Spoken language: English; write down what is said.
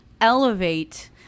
elevate